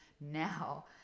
now